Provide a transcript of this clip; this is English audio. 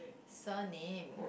surname